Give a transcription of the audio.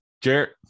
Jarrett